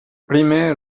primer